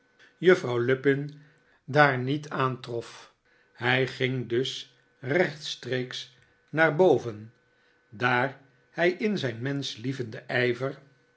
juffrouw lupin daar niet aantrof hij ging dus rechtstreeks naar boven daar hij in zijn menschlievenden ijver